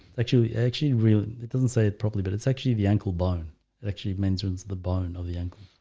actually actually really it doesn't say it properly but it's actually the ankle bone. it actually mentions the bone of the ankles